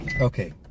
Okay